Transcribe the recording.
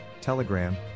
Telegram